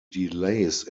delays